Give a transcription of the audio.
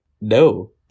no